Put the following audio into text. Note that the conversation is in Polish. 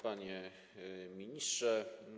Panie Ministrze!